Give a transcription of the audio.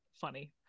funny